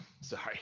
Sorry